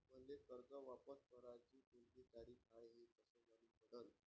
मले कर्ज वापस कराची कोनची तारीख हाय हे कस मालूम पडनं?